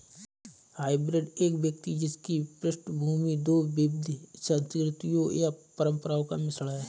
hybrid एक व्यक्ति जिसकी पृष्ठभूमि दो विविध संस्कृतियों या परंपराओं का मिश्रण है